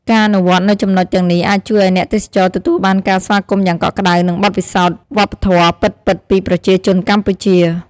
ការអនុវត្តនូវចំណុចទាំងនេះអាចជួយឱ្យអ្នកទេសចរទទួលបានការស្វាគមន៍យ៉ាងកក់ក្តៅ និងបទពិសោធន៍វប្បធម៌ពិតៗពីប្រជាជនកម្ពុជា។